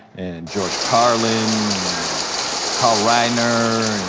and george carlin, and carl reiner,